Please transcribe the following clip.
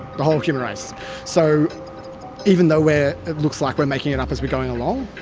the whole human race so even though where it looks like we're making it up as we're going along,